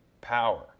power